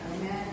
Amen